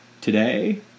today